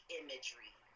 imagery